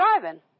driving